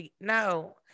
No